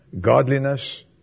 godliness